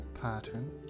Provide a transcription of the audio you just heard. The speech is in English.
pattern